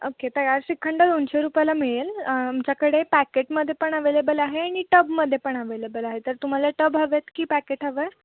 okay तयार श्रीखंड दोनशे रुपयाला मिळेल आमच्याकडे पॅकेटमध्ये पण अवेलेबल आहे आणि टबमध्ये पण अवेलेबल आहे तर तुम्हाला टब हवे आहेत की पॅकेट हवं